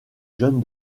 jeune